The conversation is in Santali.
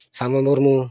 ᱥᱟᱢᱚ ᱢᱩᱨᱢᱩ